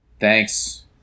Thanks